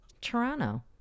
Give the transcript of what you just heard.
Toronto